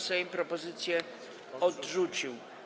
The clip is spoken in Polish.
Sejm propozycję odrzucił.